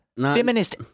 feminist